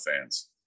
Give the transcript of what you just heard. fans